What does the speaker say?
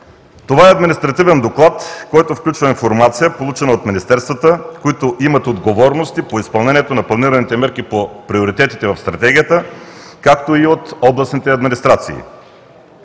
Това е административен доклад, който включва информация, получена от министерствата, които имат отговорности по изпълнението на планираните мерки по приоритетите в Стратегията, както и от областните администрации.